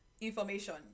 information